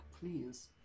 please